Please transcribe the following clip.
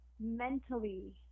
mentally